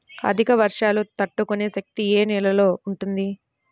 అధిక వర్షాలు తట్టుకునే శక్తి ఏ నేలలో ఉంటుంది?